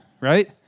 right